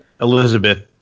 Elizabeth